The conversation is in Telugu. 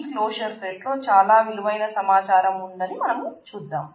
ఈ క్లోజర్ సెట్ లో చాలా విలువైన సమాచారం ఉందని మనం చూద్దాం